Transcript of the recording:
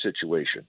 situation